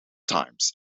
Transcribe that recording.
times